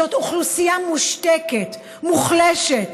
זו אוכלוסייה מושתקת, מוחלשת,